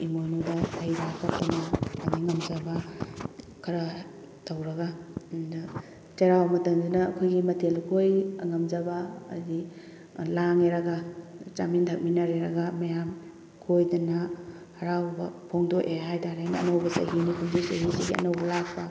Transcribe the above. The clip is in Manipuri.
ꯏꯃꯣꯏꯅꯨꯗ ꯍꯩ ꯔꯥ ꯀꯠꯇꯅ ꯑꯗꯩ ꯉꯝꯖꯕ ꯈꯔ ꯇꯧꯔꯒ ꯑꯗꯣ ꯆꯩꯔꯥꯎ ꯃꯇꯝꯗꯅ ꯑꯩꯈꯣꯏꯒꯤ ꯃꯊꯦꯜ ꯂꯨꯀꯣꯏ ꯉꯝꯖꯕ ꯍꯥꯏꯗꯤ ꯂꯥꯡꯉꯦꯔꯒ ꯆꯥꯃꯤꯟ ꯊꯛꯃꯤꯟꯅꯔꯦꯔꯒ ꯃꯌꯥꯝ ꯀꯣꯏꯗꯅ ꯍꯔꯥꯎꯕ ꯐꯣꯡꯗꯣꯛꯑꯦ ꯍꯥꯏꯇꯥꯔꯦꯅꯦ ꯑꯅꯧꯕ ꯆꯍꯤꯅ ꯀꯨꯝꯁꯤ ꯆꯍꯤꯁꯤꯒꯤ ꯑꯅꯧꯕ ꯂꯥꯛꯄ